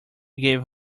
gave